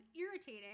irritating